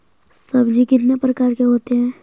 सब्जी कितने प्रकार के होते है?